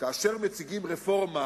כאשר מציגים רפורמה